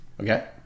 okay